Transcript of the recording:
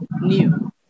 new